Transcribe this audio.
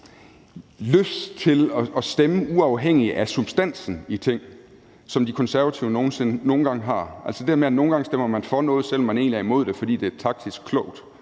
lyst til at stemme uafhængigt af substansen i tingene, som De Konservative nogle gange har, altså det her med, at man nogle gange stemmer for noget, selv om man egentlig er imod det, fordi det kortsigtet